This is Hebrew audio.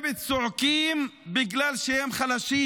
הם צועקים בגלל שהם חלשים,